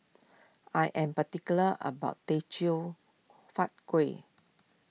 I am particular about Teochew Huat Kueh